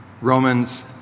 Romans